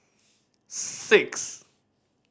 six